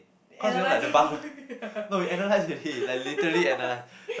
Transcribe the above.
analyse the